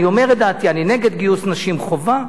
אני אומר את דעתי: אני נגד גיוס נשים חובה.